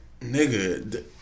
nigga